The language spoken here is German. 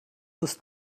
ist